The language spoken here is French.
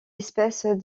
espèces